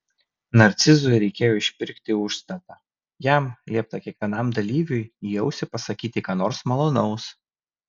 narcizui reikėjo išpirkti užstatą jam liepta kiekvienam dalyviui į ausį pasakyti ką nors malonaus